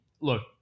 look –